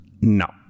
No